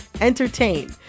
entertain